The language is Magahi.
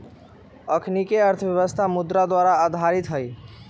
अखनीके अर्थव्यवस्था मुद्रे पर आधारित हइ